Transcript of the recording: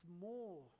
more